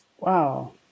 Wow